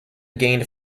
gained